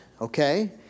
okay